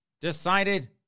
decided